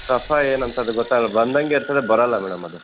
ಕಫ ಏನೂ ಅಂಥದ್ದು ಗೊತ್ತಾಗೋಲ್ಲ ಬಂದಂಗೆ ಇರ್ತದೆ ಬರೋಲ್ಲ ಮೇಡಮ್ ಅದು